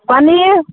paneer